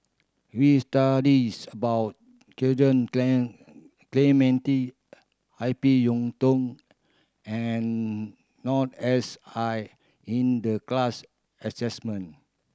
we studies about Clementi I P Yiu Tung and Noor S I in the class assignment